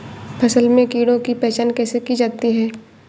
फसल में कीड़ों की पहचान कैसे की जाती है?